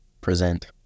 present